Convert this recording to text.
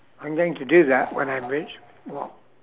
I'm going to do that when I'm rich well